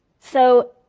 so,